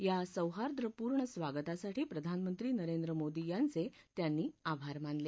या सौहार्दपूर्ण स्वागतासाठी प्रधानमंत्री नरेंद्र मोदी यांचे त्यांनी आभार मानले